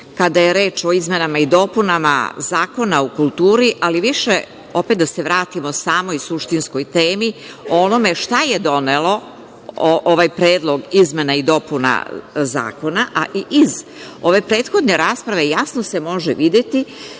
kada je reč o izmenama i dopunama Zakona o kulturi, ali više opet da se vratimo samo i suštinskoj temi o onome šta je donelo ovaj Predlog izmena i dopuna zakona, a iz ove prethodne rasprave jasno se može videti